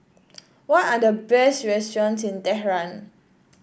what are the best restaurants in Tehran